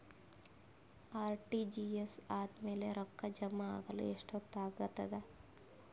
RTGS ಆದ್ಮೇಲೆ ರೊಕ್ಕ ಜಮಾ ಆಗಲು ಎಷ್ಟೊತ್ ಆಗತದ?